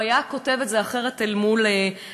הוא היה כותב את זה אחרת אל מול המחר.